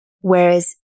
Whereas